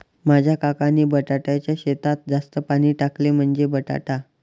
माझ्या काकांनी बटाट्याच्या शेतात जास्त पाणी टाकले, म्हणजे बटाटा